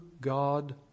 God